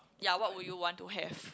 ya what would you want to have